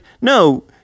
no